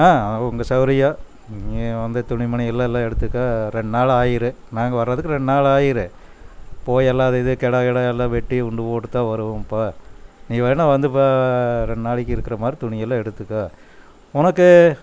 ஆ அது உங்கள் சவுகரியம் நீங்கள் வந்து துணி மணியெல்லாம் எல்லாம் எடுத்துக்க ரெண்டு நாளாக ஆயிடும் நாங்கள் வர்றதுக்கு ரெண்டு நாளாக ஆயிடும் போய் எல்லாம் அது இது கிடா கிடா எல்லாம் வெட்டி உண்டுபோட்டுதான் வருவோம் இப்போ நீங்கள் வேணுணா வந்து இப்போ ரெண்டு நாளைக்கு இருக்கிற மாதிரி துணியெல்லாம் எடுத்துக்க உனக்கு